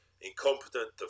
incompetent